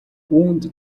үүнд